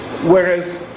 Whereas